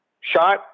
shot